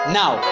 now